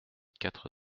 quatre